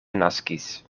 naskis